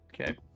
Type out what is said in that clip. Okay